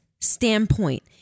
standpoint